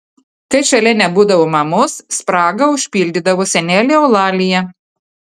kai šalia nebūdavo mamos spragą užpildydavo senelė eulalija